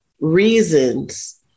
reasons